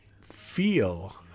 feel